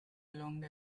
along